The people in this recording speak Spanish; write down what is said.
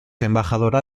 embajadora